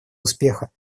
успеха